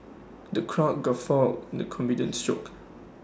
the crowd guffawed the comedian's jokes